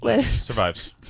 Survives